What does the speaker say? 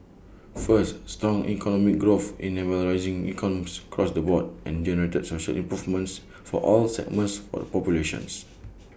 first strong economic growth enabled rising incomes across the board and generated social improvements for all segments of the populations